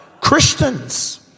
christians